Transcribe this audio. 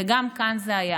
וגם כאן זה היה